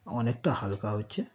অনেকটা হালকা হচ্ছে